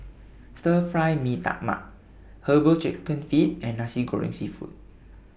Stir Fry Mee Tai Mak Herbal Chicken Feet and Nasi Goreng Seafood